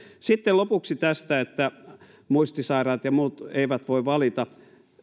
sitten lopuksi tästä että muistisairaat ja muut eivät voi valita